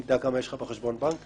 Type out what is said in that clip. לא רצוי שנדע כמה יש לך בחשבון בנק?